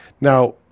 Now